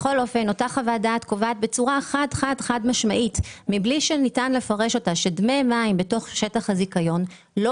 אותה חוות דעת קובעת בצורה חד משמעית שדמי מים בתוך שטח הזיכיון לא